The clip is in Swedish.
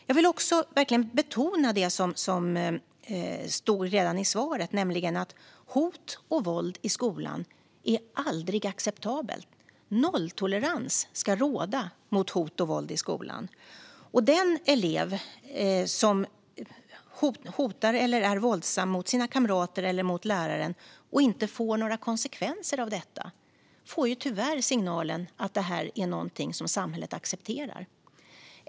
Jag vill också betona vad jag tog upp redan i mitt svar, nämligen att hot och våld i skolan aldrig är acceptabelt. Nolltolerans ska råda mot hot och våld i skolan. Den elev som hotar eller är våldsam mot sina kamrater eller läraren, och som inte får ta konsekvenserna, får tyvärr signalen att det är något som samhället accepterar.